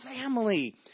family